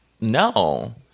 no